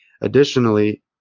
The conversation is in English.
additionally